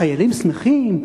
חיילים שמחים?